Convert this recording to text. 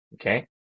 okay